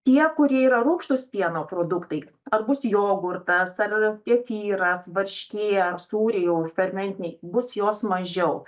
tie kurie yra rūgštūs pieno produktai ar bus jogurtas ar kefyras varškė ar sūriai jau fermentiniai bus jos mažiau